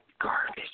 garbage